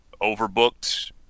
overbooked